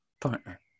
partner